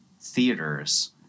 theaters